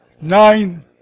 nine